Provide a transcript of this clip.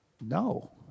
no